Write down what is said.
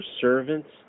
servants